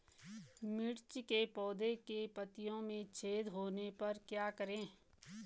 मिर्ची के पौधों के पत्तियों में छेद होने पर क्या करें?